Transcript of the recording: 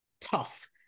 tough